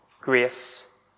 grace